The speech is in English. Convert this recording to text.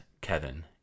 Kevin